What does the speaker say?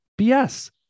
BS